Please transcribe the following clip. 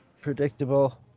Predictable